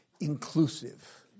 inclusive